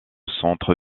centre